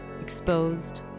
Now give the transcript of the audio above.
Exposed